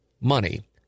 Money